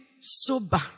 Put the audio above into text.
sober